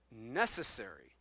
necessary